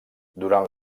durant